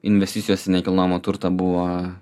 investicijos į nekilnojamą turtą buvo